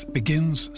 begins